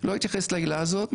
לא אתייחס לעילה הזאת,